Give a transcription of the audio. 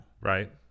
Right